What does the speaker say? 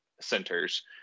centers